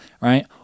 right